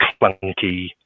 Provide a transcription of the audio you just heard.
clunky